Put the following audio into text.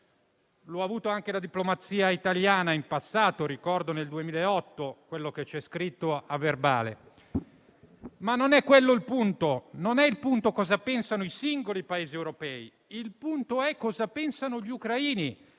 ha avuto anche la diplomazia italiana in passato: ricordo nel 2008 quello che c'è scritto a verbale. Non è quello, però, il punto. Il punto non è cosa ne pensano i singoli Paesi europei, ma cosa ne pensano gli ucraini.